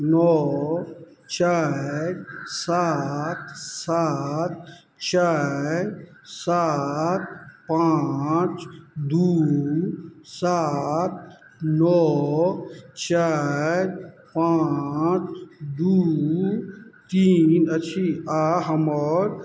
नओ चारि सात सात चारि सात पाँच दुइ सात नओ चारि पाँच दुइ तीन अछि आओर हमर